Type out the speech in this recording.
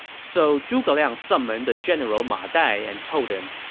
so zhuge liang summoned the general ma dai and told him,